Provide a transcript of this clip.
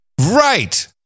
Right